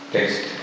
Text